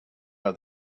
how